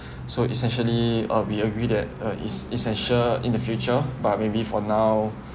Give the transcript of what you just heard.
so essentially uh we agree that uh is essential in the future but maybe for now